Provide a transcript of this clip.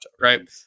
right